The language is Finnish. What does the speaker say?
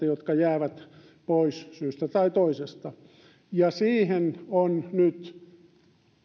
jotka jäävät pois syystä tai toisesta siihen on nyt